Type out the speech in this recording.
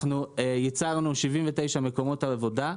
אנחנו ייצרנו 79 מקומות עבודה,